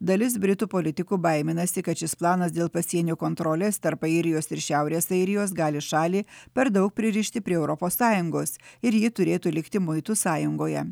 dalis britų politikų baiminasi kad šis planas dėl pasienio kontrolės tarp airijos ir šiaurės airijos gali šalį per daug pririšti prie europos sąjungos ir ji turėtų likti muitų sąjungoje